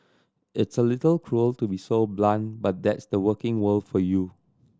it's a little cruel to be so blunt but that's the working world for you